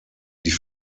die